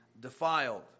defiled